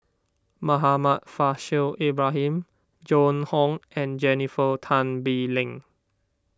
Muhammad Faishal Ibrahim Joan Hon and Jennifer Tan Bee Leng